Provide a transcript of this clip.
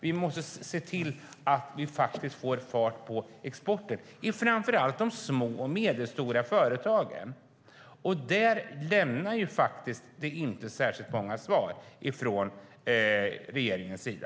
Vi måste se till att vi får fart på exporten i framför allt de små och medelstora företagen. Där lämnas inte särskilt många svar från regeringens sida.